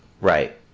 Right